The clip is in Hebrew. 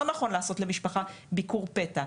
לא נכון לעשות למשפחה ביקור פתע,